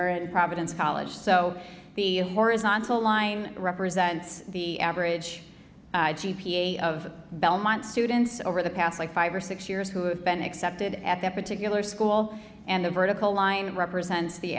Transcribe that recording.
are at providence college so the horizontal line represents the average g p a of belmont students over the past like five or six years who have been accepted at that particular school and the vertical line represents the